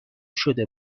شده